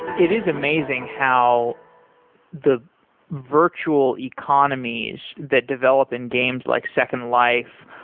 it is amazing how the virtual economies that develop in games like second life,